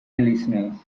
listeners